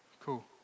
Cool